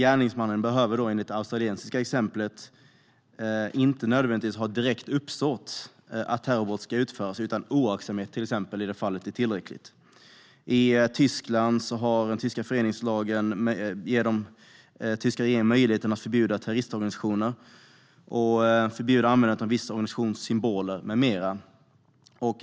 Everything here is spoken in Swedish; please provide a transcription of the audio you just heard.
Gärningsmannen behöver då enligt det australiska exemplet inte nödvändigtvis ha direkt uppsåt att terrorbrott ska utföras, utan exempelvis oaktsamhet är tillräckligt i det fallet. I Tyskland ger den tyska regeringen möjlighet att förbjuda terroristorganisationer, att förbjuda användandet av vissa organisationers symboler med mera.